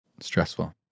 stressful